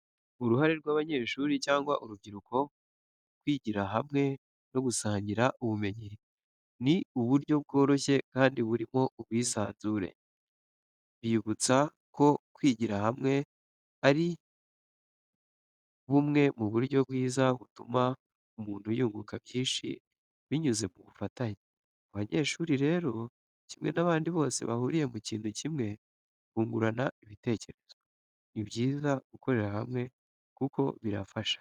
Uruhare rw’abanyeshuri cyangwa urubyiruko mu kwigira hamwe no gusangira ubumenyi, ni buryo bworoshye kandi burimo ubwisanzure, bibutsa ko kwigira hamwe ari bumwe mu buryo bwiza butuma umuntu yunguka byinshi binyuze mu bufatanye. Abanyeshuri rero kimwe n'abandi bose bahuriye ku kintu kimwe bungurana ibitekerezo. Ni byiza gukorera hamwe kuko birabafasha.